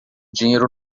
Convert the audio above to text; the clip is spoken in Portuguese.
dinheiro